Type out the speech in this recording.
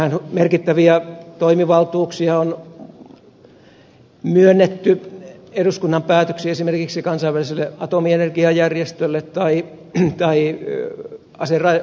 meillähän merkittäviä toimivaltuuksia on myönnetty eduskunnan päätöksin esimerkiksi kansainväliselle atomienergiajärjestölle tai asevalvontasopimusten täytäntöönpanijoille